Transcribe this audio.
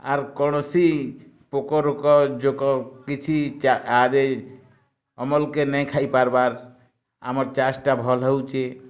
ଆର୍ କୌଣସି ପୋକ ରୋକ ଜୋକ କିଛି ଚା ୟା ଦେ ଅମଲ୍ କେ ନେଇ ଖାଇ ପାରବାର୍ ଆମର୍ ଚାଷ୍ଟା ଭଲ୍ ହେଉଛି